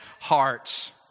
hearts